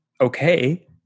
okay